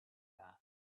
that